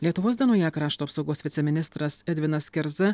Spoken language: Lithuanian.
lietuvos dienoje krašto apsaugos viceministras edvinas kerza